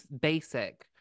basic